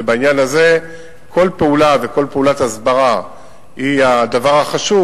ובעניין הזה כל פעולה וכל פעולת הסברה היא הדבר החשוב,